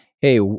hey